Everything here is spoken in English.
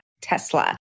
Tesla